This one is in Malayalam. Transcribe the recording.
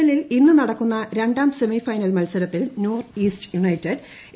എൽ ൽ ഇന്ന് നടക്കുന്ന രണ്ടാം സെമി ഫൈനൽ മത്സരത്തിൽ നോർത്ത് ഈസ്റ്റ് യുണൈറ്റഡ് എ